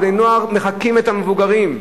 בני-הנוער מחקים את המבוגרים.